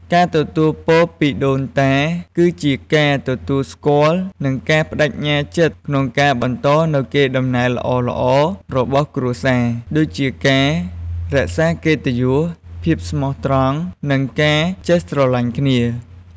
ការទទួលពរពីដូនតា គឺជាការទទួលស្គាល់ និងការប្តេជ្ញាចិត្តក្នុងការបន្តនូវកេរដំណែលល្អៗរបស់គ្រួសារ ដូចជាការរក្សាកិត្តិយស ភាពស្មោះត្រង់ និងការចេះស្រឡាញ់គ្នា។